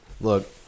Look